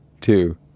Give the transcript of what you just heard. two